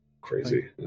Crazy